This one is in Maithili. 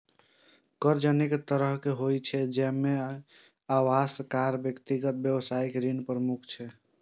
कर्ज अनेक तरहक होइ छै, जाहि मे आवास, कार, व्यक्तिगत, व्यावसायिक ऋण प्रमुख छै